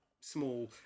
small